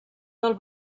del